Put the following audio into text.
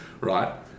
right